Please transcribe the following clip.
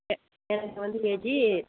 எனக்கு வந்து ஏஜி